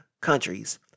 countries